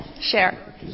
share